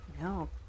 No